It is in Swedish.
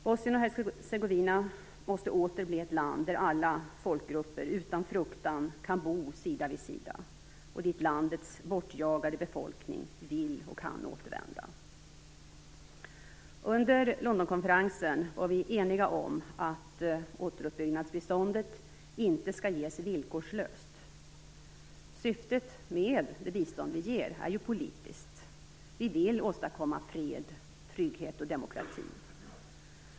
Bosnien-Hercegovina måste åter bli ett land där alla folkgrupper kan bo sida vid sida utan fruktan och dit landets bortjagade befolkning vill och kan återvända. Under Londonkonferensen var vi eniga om att återuppbyggnadsbiståndet inte skall ges villkorslöst. Syftet med det bistånd vi ger är ju politiskt. Vi vill åstadkomma fred, trygghet och demokrati.